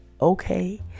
okay